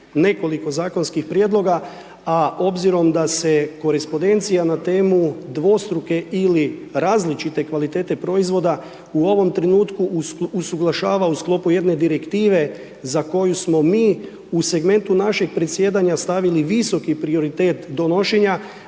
nekoliko zakonskih prijedloga, a obzirom da se korespondencija na temu dvostruke ili različite kvalitete proizvoda u ovom trenutku usuglašava u sklopu jedne Direktive za koju smo mi u segmentu našeg presjedanja stavili visoki prioritet donošenja.